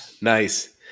Nice